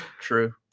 True